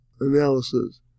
analysis